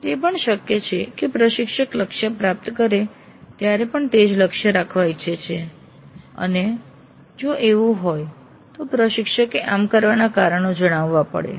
તે પણ શક્ય છે કે પ્રશિક્ષક લક્ષ્ય પ્રાપ્ત કરે ત્યારે પણ તે જ લક્ષ્ય રાખવા ઈચ્છે અને જો એવું હોય તો પ્રશિક્ષકે આમ કરવાનાં કારણો જણાવવા પડે